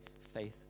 faith